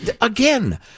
again